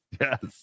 Yes